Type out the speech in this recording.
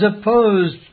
opposed